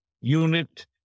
unit